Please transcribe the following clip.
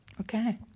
Okay